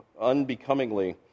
unbecomingly